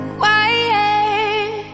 quiet